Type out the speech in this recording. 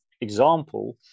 example